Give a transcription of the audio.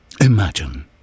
Imagine